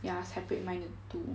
ya separate mine into two